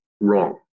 wrong